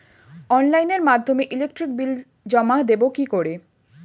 অনলাইনের মাধ্যমে electric bill জমা দেবো কি করে?